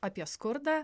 apie skurdą